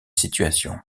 situation